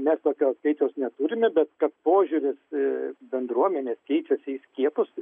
mes tokio skaičiaus neturime bet kad požiūris bendruomenės keičiasi į skiepus